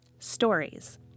Stories